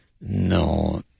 No